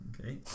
Okay